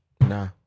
Nah